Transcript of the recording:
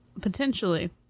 Potentially